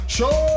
Show